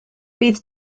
bydd